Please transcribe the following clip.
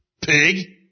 Pig